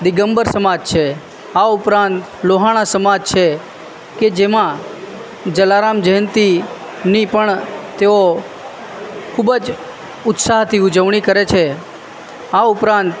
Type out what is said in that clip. દિગંબર સમાજ છે આ ઉપરાંત લોહાણા સમાજ છે કે જેમાં જલારામ જયંતીની પણ તેઓ ખૂબ જ ઉત્સાહથી ઉજવણી કરે છે આ ઉપરાંત